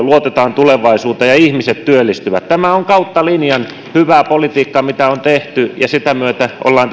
luotetaan tulevaisuuteen ja ihmiset työllistyvät tämä on kautta linjan hyvää politiikkaa mitä on tehty ja sitä myötä ollaan